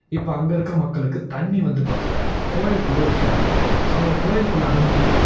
இப்போ அங்கே இருக்கற மக்களுக்கு தண்ணி வந்து பற்றல கோயில்குள்ளே ஒரு கிணறு இருக்கும் அவங்கள கோவில்குள்ளே அனுமதி